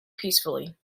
peacefully